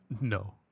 No